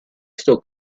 still